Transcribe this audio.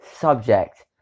subject